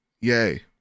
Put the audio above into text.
Yay